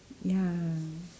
ya